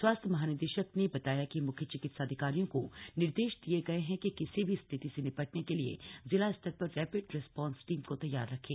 स्वास्थ्य महानिदेशक ने बताया कि मुख्य चिकित्साधिकारियों को निर्देश दिए गए किसी भी स्थिति से निपटने के लिए जिला स्तर पर रैपिड रिस्पॉन्स टीम को तैयार रखें